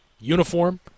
uniform